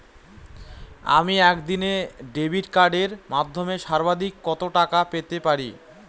আমি একদিনে ডেবিট কার্ডের মাধ্যমে সর্বাধিক কত টাকা পেতে পারি?